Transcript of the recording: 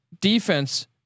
defense